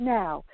now